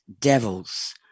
Devils